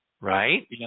right